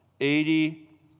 Eighty